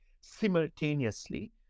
simultaneously